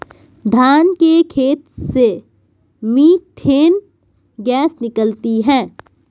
धान के खेत से मीथेन गैस निकलती है